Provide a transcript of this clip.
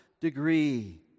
degree